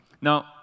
Now